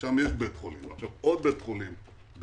שם יש בית חולים ועכשיו עוד בית חולים בבאר-שבע.